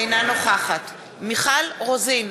אינה נוכחת מיכל רוזין,